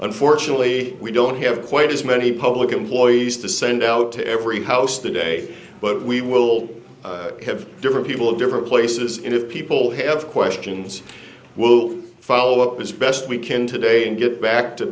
unfortunately we don't have quite as many public employees to send out to every house that day but we will have different people at different places and if people have questions we'll follow up as best we can today and get back to